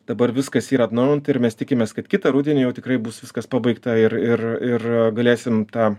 dabar viskas yra atnaujinta ir mes tikimės kad kitą rudenį jau tikrai bus viskas pabaigta ir ir ir galėsim tą